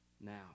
Now